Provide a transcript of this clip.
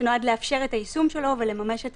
וזה נועד לאפשר את היישום שלו ולממש את